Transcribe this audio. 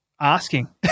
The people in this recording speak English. asking